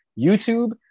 YouTube